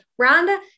Rhonda